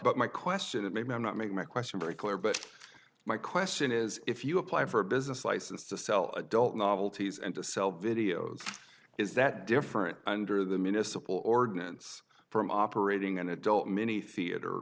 but my question it may not make my question very clear but my question is if you apply for a business license to sell adult novelties and to sell videos is that different under the municipal ordinance from operating an adult many theater